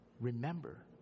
Remember